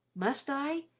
must i?